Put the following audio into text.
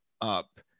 up